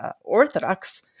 Orthodox